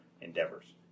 endeavors